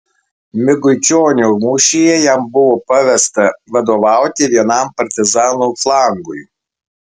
miguičionių mūšyje jam buvo pavesta vadovauti vienam partizanų flangui